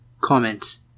Comments